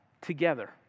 together